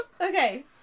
Okay